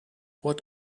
what